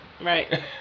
Right